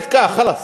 נתקע, חלאס.